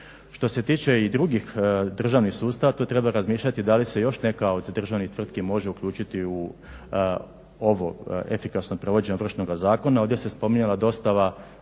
Što se tiče i drugih državnih sustava tu treba razmišljati da li se još neka od državnih tvrtki može uključiti u ovo efikasno provođenje Ovršnoga zakona.